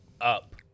Up